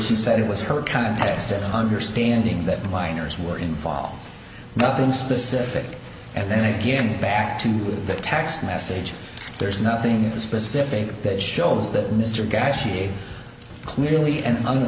she said it was her context it understanding that minors were involved nothing specific and then again back to the text message there's nothing specific that shows that mr guy she clearly and